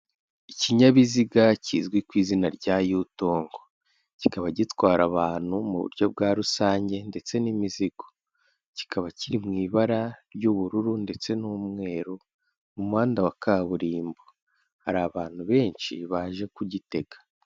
Ikinyabiziga kizwi ku izina rya Yutongo, kikaba gitwara abantu mu buryo bwa rusange ndetse n'imizigo, kikaba kiri mu ibara ry'ubururu ndetse n'umweru mu muhanda wa kaburimbo, hari abantu benshi baje kugitega.